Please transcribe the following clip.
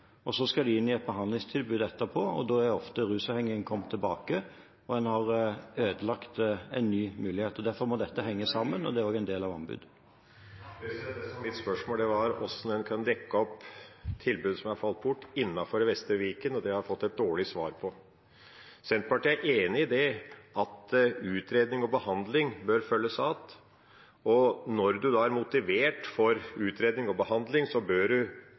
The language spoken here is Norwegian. og så skal de inn i et behandlingstilbud etterpå. Da er ofte rusavhengigheten kommet tilbake og en har ødelagt en ny mulighet. Derfor må dette henge sammen, og det er også en del av anbudet. Det som var mitt spørsmål, var hvordan en kan dekke opp tilbudet som er falt bort innenfor Vestre Viken, og det har jeg fått et dårlig svar på. Senterpartiet er enig i at utredning og behandling bør følges ad. Når en er motivert for utredning og behandling, bør